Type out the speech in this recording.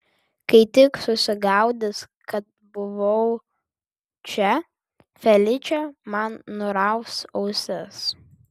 kai tik susigaudys kad buvau čia feličė man nuraus ausis